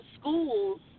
schools